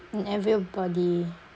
mm everybody